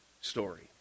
story